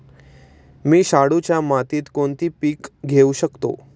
मी शाडूच्या मातीत कोणते पीक घेवू शकतो?